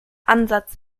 ansatz